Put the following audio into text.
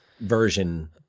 version